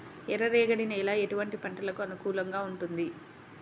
ఎర్ర రేగడి నేల ఎటువంటి పంటలకు అనుకూలంగా ఉంటుంది?